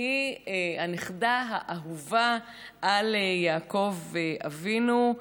היא הנכדה האהובה על יעקב אבינו.